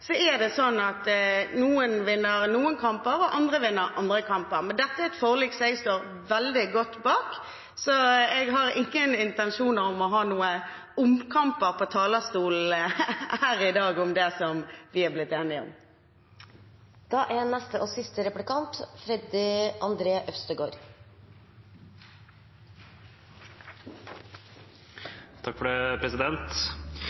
er det sånn at noen vinner noen kamper, og andre vinner andre kamper. Men dette er et forlik som jeg står veldig godt bak, så jeg har ingen intensjoner om å ha noen omkamper på talerstolen her i dag om det som vi er blitt enige om. Makt, muligheter og rikdom er fortsatt ujevnt fordelt mellom kjønnene i Norge. Den siste